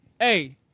hey